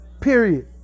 period